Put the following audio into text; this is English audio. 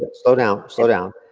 slow down, slow down.